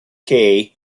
columbia